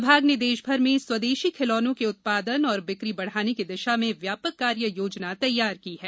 विभाग ने देश भर में स्वदेशी खिलौनों के उत्पादन और बिक्री बढाने की दिशा में व्यापक कार्य योजना तैयार की है